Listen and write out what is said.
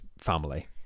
family